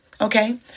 Okay